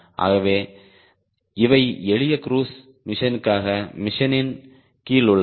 ஆகவே இவை எளிய க்ரூஸ் மிஷனுக்காக மிஷனின் கீழ் உள்ளன